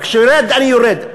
וכשהוא יורד אני יורד.